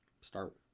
start